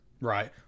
Right